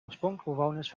oorspronkelijke